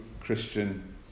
Christian